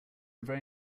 very